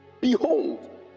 Behold